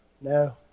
No